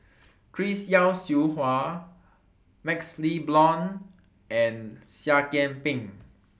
Chris Yeo Siew Hua MaxLe Blond and Seah Kian Peng